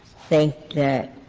think that